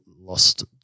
lost